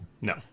No